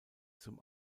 zum